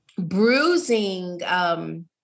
Bruising